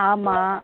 ஆமாம்